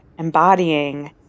embodying